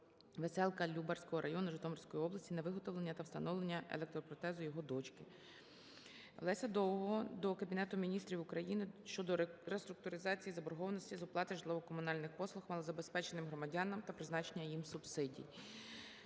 Веселка Любарського району, Житомирської області, на виготовлення та встановлення ектопротезу його дочці. Олеся Довгого до Кабінету Міністрів України щодо реструктуризації заборгованості з оплати житлово-комунальних послуг малозабезпеченим громадянам та призначення їм субсидій.